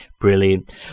Brilliant